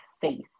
face